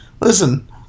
listen